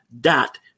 dot